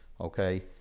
okay